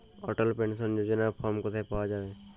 অটল pension যোজনার form কোথায় পাওয়া যাবে?